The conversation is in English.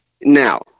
Now